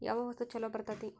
ಯಾವ ವಸ್ತು ಛಲೋ ಬರ್ತೇತಿ?